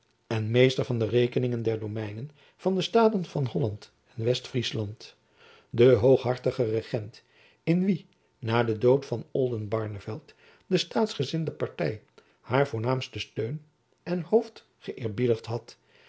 en meester van de rekeningen der domeinen van de staten van holland en westfriesland de hooghartige regent in wien na den dood van oldenbarneveldt de staatsgezinde party haar voornaamsten steun en hoofd geeerbiedigd had